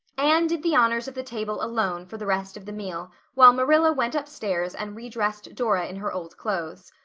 anne did the honors of the table alone for the rest of the meal while marilla went upstairs and redressed dora in her old clothes.